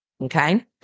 okay